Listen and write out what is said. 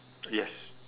yes